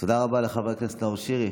תודה רבה לחבר הכנסת נאור שירי.